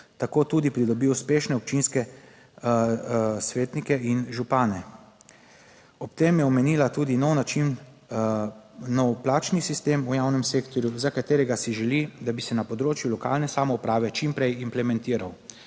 tako tudi pridobi uspešne občinske svetnike in župane. Ob tem je omenila tudi nov način nov plačni sistem v javnem sektorju, za katerega si želi, da bi se na področju lokalne samouprave čim prej implementiral.